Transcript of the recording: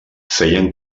feien